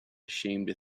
ashamed